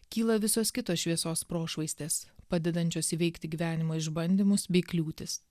kyla visos kitos šviesos prošvaistės padedančios įveikti gyvenimo išbandymus bei kliūtis